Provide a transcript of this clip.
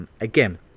again